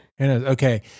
Okay